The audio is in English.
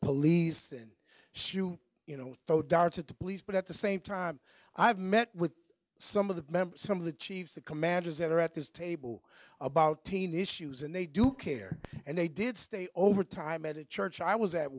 police in shoe you know throw darts at the police but at the same time i've met with some of the members some of the chiefs the commanders that are at this table about teen issues and they do care and they did stay over time at a church i was at